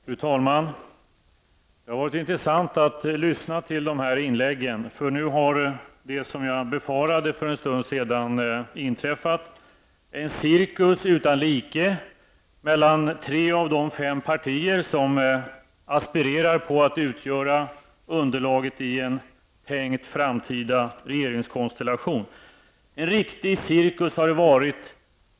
Fru talman! Det har varit intressant att lyssna till dessa inlägg. Nu har nämligen det som jag befarade för en stund sedan inträffat. Det har blivit en cirkus utan like mellan tre av de fem partier som aspirerar på att utgöra underlaget i en tänkt framtida regeringskonstellation. Det har varit en riktig cirkus.